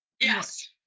Yes